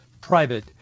private